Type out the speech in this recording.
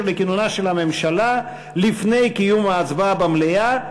לכינונה של הממשלה לפני קיום ההצבעה במליאה,